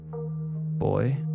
boy